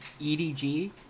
EDG